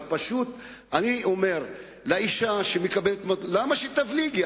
אז אני פשוט אומר לאותה אשה: למה שתבליגי?